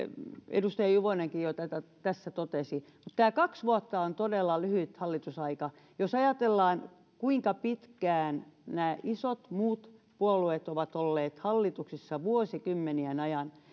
edustaja juvonenkin jo tässä totesi kaksi vuotta on todella lyhyt hallitusaika jos ajatellaan kuinka pitkään nämä isot muut puolueet ovat olleet hallituksissa vuosikymmenien